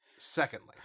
Secondly